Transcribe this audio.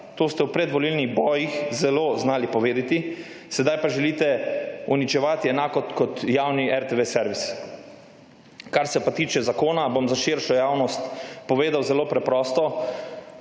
To ste v predvolilnih bojih zelo znali povedati, sedaj pa želite uničevati enako kot javni RTV servis. Kar se pa tiče zakona, bom za širšo javnost povedal zelo preprosto.